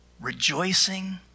rejoicing